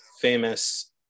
famous